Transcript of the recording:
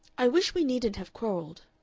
i wish we needn't have quarrelled.